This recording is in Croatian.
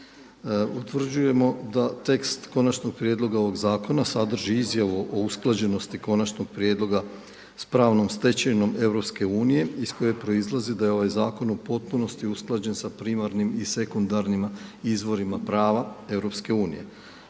Utvrđujemo da tekst Konačnog prijedloga ovoga zakona sadrži izjavu o usklađenosti Konačnog prijedloga sa pravnom stečevinom EU iz koje proizlazi da je ovaj Zakon u potpunosti usklađen sa primarnim i sekundarnim izvorima prava EU.